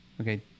Okay